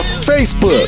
Facebook